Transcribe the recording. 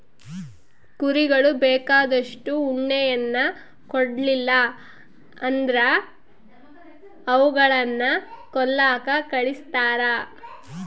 ಕುರಿಗಳು ಬೇಕಾದಷ್ಟು ಉಣ್ಣೆಯನ್ನ ಕೊಡ್ಲಿಲ್ಲ ಅಂದ್ರ ಅವುಗಳನ್ನ ಕೊಲ್ಲಕ ಕಳಿಸ್ತಾರ